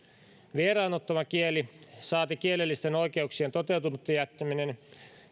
vieraannuttava kieli saati kielellisten oikeuksien toteutumatta jääminen